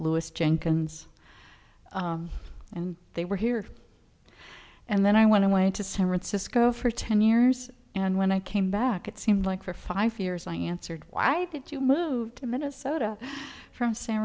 louis jenkins and they were here and then i went to way to san francisco for ten years and when i came back it seemed like for five years i answered why did you move to minnesota from san